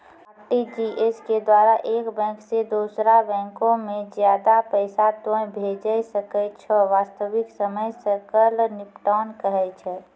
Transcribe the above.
RTGS के द्वारा एक बैंक से दोसरा बैंको मे ज्यादा पैसा तोय भेजै सकै छौ वास्तविक समय सकल निपटान कहै छै?